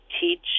Teach